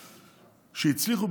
שהצליחו,